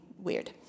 weird